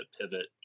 pivot